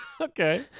Okay